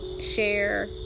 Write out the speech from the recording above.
share